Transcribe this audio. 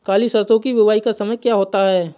काली सरसो की बुवाई का समय क्या होता है?